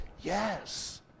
Yes